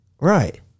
Right